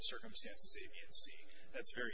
circumstances that's very